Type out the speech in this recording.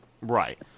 Right